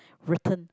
written